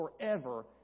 forever